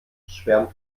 schwärmt